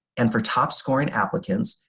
and for top scoring applicants,